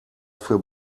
für